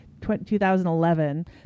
2011